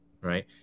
Right